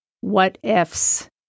what-ifs